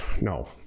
no